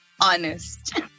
honest